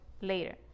later